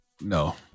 no